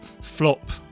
flop